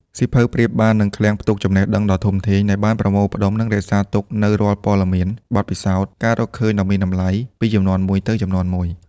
សៀវភៅប្រៀបបាននឹង ឃ្លាំងផ្ទុកចំណេះដឹងដ៏ធំធេង ដែលបានប្រមូលផ្តុំ និងរក្សាទុកនូវរាល់ព័ត៌មាន បទពិសោធន៍ និងការរកឃើញដ៏មានតម្លៃពីជំនាន់មួយទៅជំនាន់មួយ។